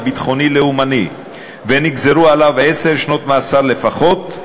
ביטחוני-לאומני ונגזרו עליו עשר שנות מאסר לפחות,